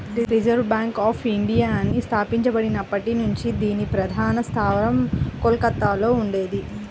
reserve bank of ఇండియాని స్థాపించబడినప్పటి నుంచి దీని ప్రధాన స్థావరం కోల్కతలో ఉండేది